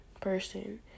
person